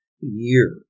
year